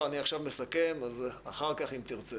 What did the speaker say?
לא, אני עכשיו מסכם, אחר כך אם תרצה.